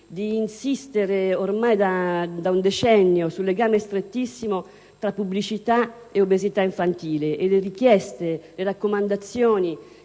di insistere ormai da un decennio sul legame strettissimo tra pubblicità e obesità infantile e di aver indirizzato richieste e raccomandazioni